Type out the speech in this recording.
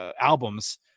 albums